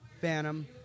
Phantom